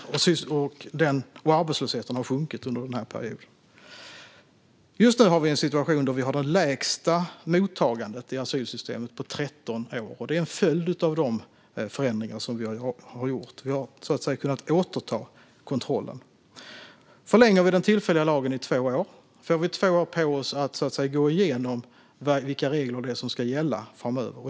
Arbetslösheten har sjunkit under denna period. Just nu har vi en situation då vi har det lägsta mottagandet i asylsystemet på 13 år. Det är en följd av de förändringar som vi har gjort. Vi har kunnat återta kontrollen. Förlänger vi den tillfälliga lagen i två år får vi två år på oss att gå igenom vilka regler det är som ska gälla framöver.